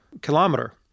kilometer